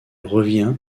revient